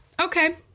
Okay